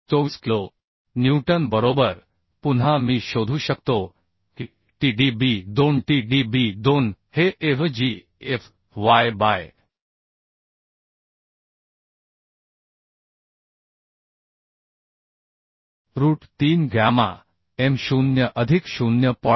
24 kilo newton बरोबर पुन्हा मी शोधू शकतो की t d b 2 t d b 2 हे a v g f y by root 3 gamma m 0 अधिक 0